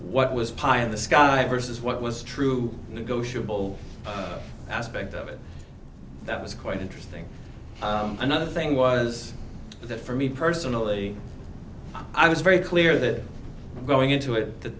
what was pile of the sky versus what was true to go shabelle aspect of it that was quite interesting another thing was that for me personally i was very clear that going into it th